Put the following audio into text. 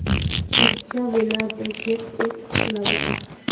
pizza ᱵᱮᱱᱟᱣᱛᱮ ᱪᱮᱫ ᱪᱮᱫ ᱞᱟᱜᱟᱜᱼᱟ